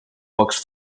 box